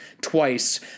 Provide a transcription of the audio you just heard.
twice